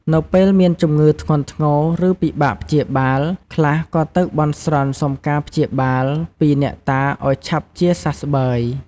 នៅពេលមានជំងឺធ្ងន់ធ្ងរ ឬពិបាកព្យាបាល ខ្លះក៏ទៅបន់ស្រន់សុំការព្យាបាល ពីអ្នកតាឱ្យឆាប់ជាសះស្បើយ។